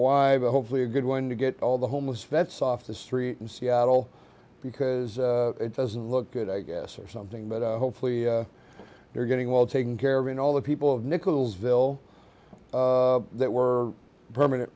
why but hopefully a good one to get all the homeless vets off the street in seattle because it doesn't look good i guess or something but i hopefully they're getting well taken care of and all the people of nichols ville that were permanent